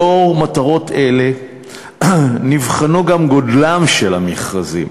1 2. לאור מטרות אלה נבחן גם גודלם של המכרזים.